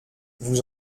vous